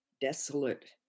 desolate